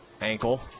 Ankle